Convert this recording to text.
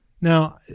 Now